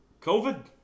COVID